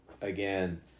again